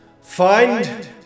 Find